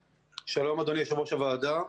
שלום, אדוני יושב-ראש הוועדה.